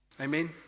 Amen